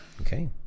Okay